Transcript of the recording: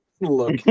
look